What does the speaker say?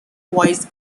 voice